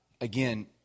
again